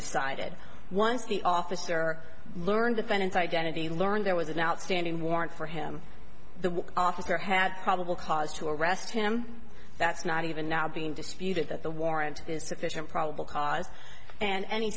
decided once the officer learned defendant's identity learned there was an outstanding warrant for him the officer had probable cause to arrest him that's not even now being disputed that the warrant is sufficient probable cause and any